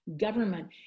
government